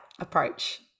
approach